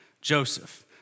Joseph